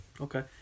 Okay